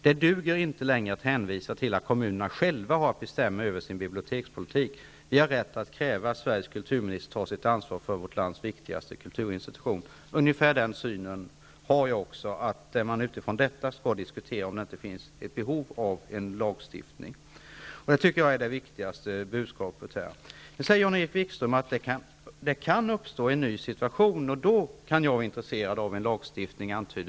Det duger inte längre att hänvisa till att kommunerna själva har att bestämma över sin bibliotekspolitik. Vi har rätt att kräva att Sveriges kulturminister tar sitt ansvar för vårt lands viktigaste kulturinstitution.'' Ungefär den synen har också jag, nämligen att man utifrån detta skall diskutera om det finns ett behov av en lagstiftning. Det tycker jag här är det viktigaste budskapet. Jan-Erik Wikström säger att det kan uppstå en ny situation, och han antyder att han då kan vara intresserad av en ny lagstiftning.